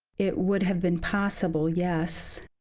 it would have been possible, yes,